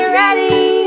ready